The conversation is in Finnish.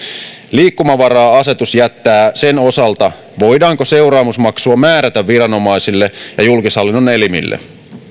liikkumavaraa asetus jättää sen osalta voidaanko seuraamusmaksua määrätä viranomaisille ja julkishallinnon elimille